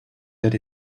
that